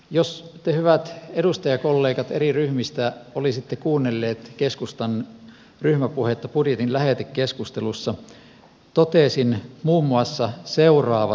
jos te hyvät edustajakollegat eri ryhmistä olisitte kuunnelleet keskustan ryhmäpuhetta budjetin lähetekeskustelussa totesin muun muassa seuraavat asiat